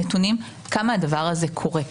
נתונים על כמה הדבר הזה קורה.